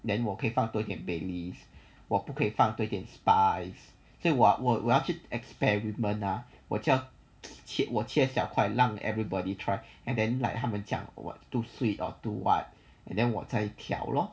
then 我可以放多一点 baileys 我不可以放多一点 spices 所以我我要去 experiment 我就要切小块让 everybody try and then like 他们讲 or what too sweet or too what then what 我再调 lor